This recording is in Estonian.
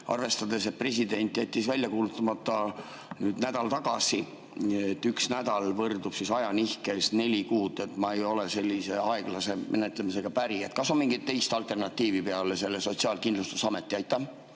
arvestades, et president jättis [seaduse] välja kuulutamata nädal tagasi. Et üks nädal võrdub siis ajanihkes neli kuud – ma ei ole sellise aeglase menetlemisega päri. Kas on mingit teist alternatiivi peale selle Sotsiaalkindlustusameti?